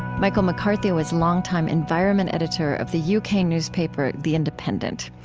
michael mccarthy was longtime environment editor of the u k. newspaper, the independent.